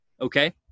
okay